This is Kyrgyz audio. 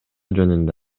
жөнүндө